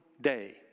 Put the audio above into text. Day